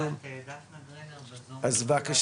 שמי דפנה גרינר, אני עו"ס